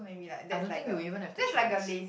I don't think you even have the chance